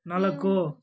ನಾಲ್ಕು